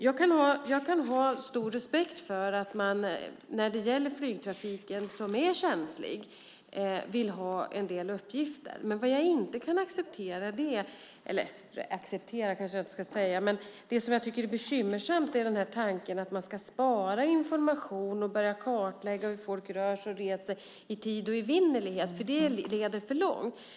Jag kan ha stor respekt för att man vill ha en del uppgifter i flygtrafiken, som ju är känslig. Men det jag tycker är bekymmersamt är tanken att man ska spara information och börja kartlägga hur folk rör sig och reser i tid och evinnerlighet. Det leder för långt.